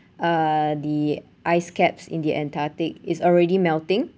uh the ice caps in the antarctic is already melting